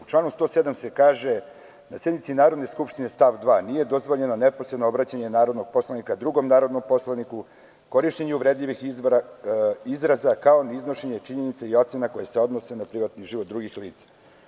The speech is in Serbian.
U članu 107. se kaže da sednici Narodne skupštine, stav 2, nije dozvoljeno neposredno obraćanje narodnog poslanika drugom narodnom poslaniku, korišćenje uvredljivih izraza, kao i iznošenje činjenice i ocena koje se iznose na privatni život drugih lica.